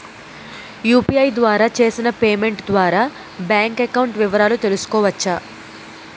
UPI ద్వారా చేసిన payment ద్వారా బ్యాంక్ అకౌంట్ వివరాలు తెలుసుకోవచ్చ?